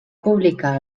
publicar